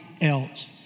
else